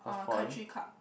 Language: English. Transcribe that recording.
uh country club